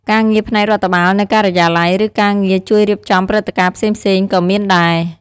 ការងារផ្នែករដ្ឋបាលនៅការិយាល័យ ឬការងារជួយរៀបចំព្រឹត្តិការណ៍ផ្សេងៗក៏មានដែរ។